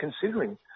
considering